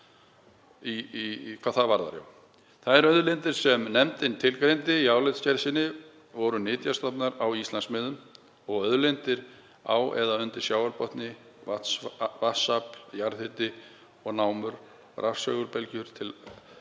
Þær auðlindir sem nefndin tilgreindi í álitsgerð sinni voru nytjastofnar á Íslandsmiðum og auðlindir á eða undir sjávarbotni, vatnsafl, jarðhiti og námur, rafsegulbylgjur til fjarskipta